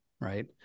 right